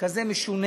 כזה משונה: